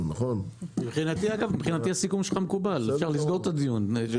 מבחינתי הסיכום שלך מקובל, אפשר לסגור את הדיון.